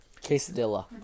Quesadilla